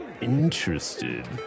interested